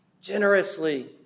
Generously